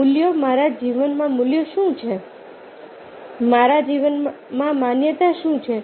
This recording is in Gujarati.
મૂલ્યો મારા જીવનમાં મૂલ્ય શું છે મારા જીવનમાં માન્યતા શું છે